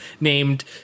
named